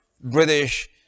British